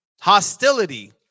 Hostility